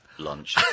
Lunch